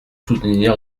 soutenir